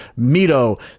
Mito